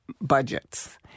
budgets